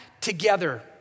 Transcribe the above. together